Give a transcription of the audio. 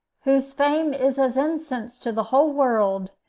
whose fame is as incense to the whole world,